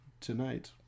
tonight